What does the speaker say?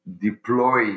deploy